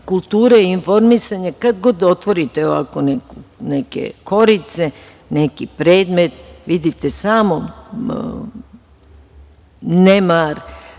kulture i informisanja, kad god otvorite ovako neke korice, neki predmet, vidite samo nemar,